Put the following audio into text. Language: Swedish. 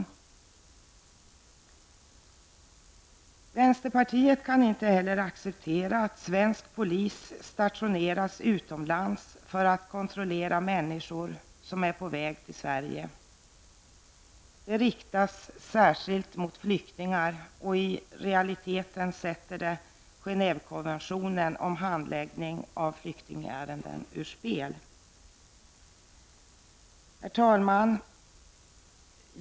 Vi i vänsterpartiet kan inte heller acceptera att svensk polis stationeras utomlands för att kontrollera människor som är på väg till Sverige. Denna kontroll riktas särskilt mot flyktingar och i realiteten sätter den Genèvekonventionen om handläggning av flyktingärenden ur spel. Herr talman!